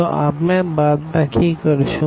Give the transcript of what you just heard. તો આપણે બાદબાકી કરશું